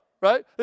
right